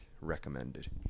recommended